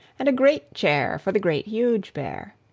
and a great chair for the great, huge bear.